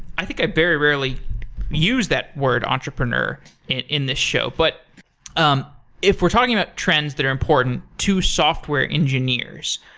i think i very rarely use that word, entrepreneur in in this show. but um if we're talking about trends that are important to software engineers,